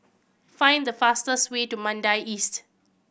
find the fastest way to Mandai Estate